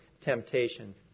temptations